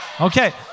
Okay